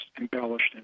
embellished